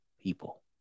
people